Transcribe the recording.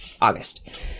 August